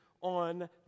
on